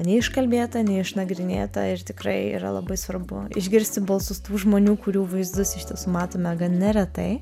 neiškalbėta neišnagrinėta ir tikrai yra labai svarbu išgirsti balsus tų žmonių kurių vaizdus iš tiesų matome gan neretai